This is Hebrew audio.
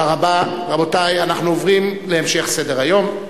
אנחנו עוברים, רבותי, להמשך סדר-היום.